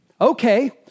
okay